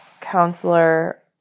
counselor